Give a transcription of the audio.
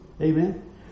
Amen